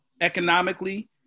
economically